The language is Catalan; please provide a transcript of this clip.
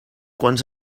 quants